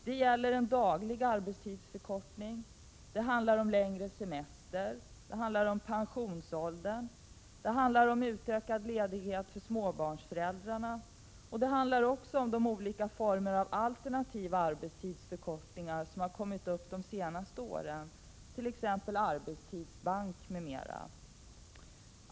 Det handlar om en daglig arbetstidsförkortning, längre semester, pensionsåldern och utökad ledighet för småbarnsföräldrarna. Det handlar också om de olika former av alternativa arbetstidsförkortningar som har diskuterats de senaste åren, t.ex. arbetstidsbank.